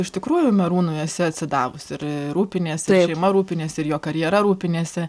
iš tikrųjų merūnui esi atsidavusi ir rūpiniesi šeima rūpiniesi ir jo karjera rūpiniesi